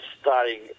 starting